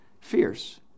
fierce